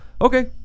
Okay